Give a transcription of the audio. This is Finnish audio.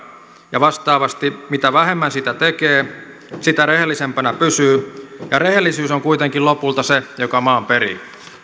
ja vastaavasti mitä vähemmän sitä tekee sitä rehellisempänä pysyy ja rehellisyys on kuitenkin lopulta se joka maan perii